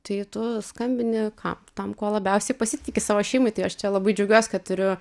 tai tu skambini kam tam kuo labiausiai pasitiki savo šeimai tai aš čia labai džiaugiuos kad turiu